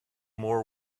more